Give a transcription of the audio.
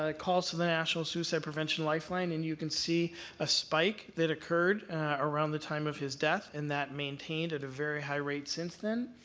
ah calls to the national suicide prevention lifeline and you can see a spike that occurred around the time of his death, and that maintained at a very high rate since then.